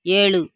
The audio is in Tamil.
ஏழு